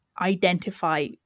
identify